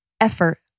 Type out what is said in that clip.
effort